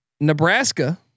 Nebraska